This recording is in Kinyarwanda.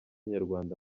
nyarwanda